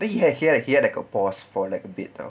then he had he had he had a pause for like a bit [tau]